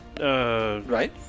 Right